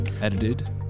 edited